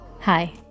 Hi